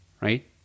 right